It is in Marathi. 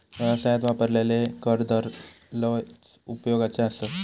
व्यवसायात वापरलेले कर दर लयच उपयोगाचे आसत